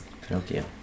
Pinocchio